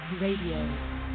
Radio